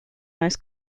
most